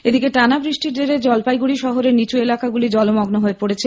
এদিকে টানা বৃষ্টির জেরে জলপাইগুড়ি শহরের নিচু এলাকা জলমগ্ন হয়ে পড়েছে